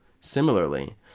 Similarly